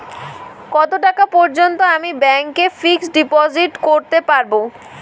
কত টাকা পর্যন্ত আমি ব্যাংক এ ফিক্সড ডিপোজিট করতে পারবো?